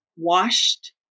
Washed